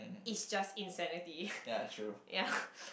it's just insanity ya